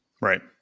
Right